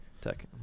Tech